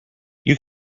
you